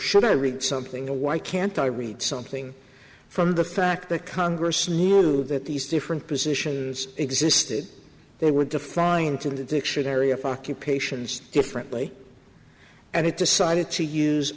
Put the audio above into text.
should i read something or why can't i read something from the fact that congress knew that these different positions existed they would define to the dictionary of occupations differently and it decided to use